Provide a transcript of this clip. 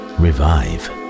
revive